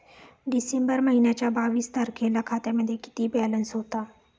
डिसेंबर महिन्याच्या बावीस तारखेला खात्यामध्ये किती बॅलन्स होता?